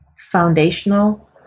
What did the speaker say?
foundational